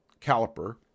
caliper